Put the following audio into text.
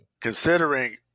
Considering